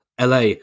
LA